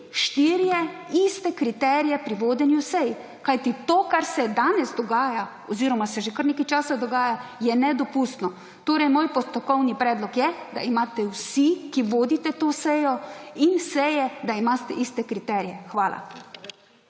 štirje iste kriterije pri vodenju sej. Kajti to, kar se danes dogaja oziroma se že kar nekaj časa dogaja, je nedopustno. Torej, moj postopkovni predlog je, da imate vsi, ki vodite to sejo in seje, iste kriterije. Hvala.